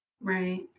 right